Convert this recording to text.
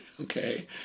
okay